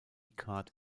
card